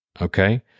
Okay